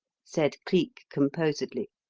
said cleek composedly.